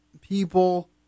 people